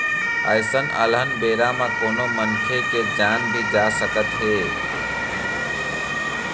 अइसन अलहन बेरा म कोनो मनखे के जान भी जा सकत हे